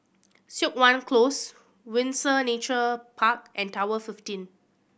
Siok Wan Close Windsor Nature Park and Tower fifteen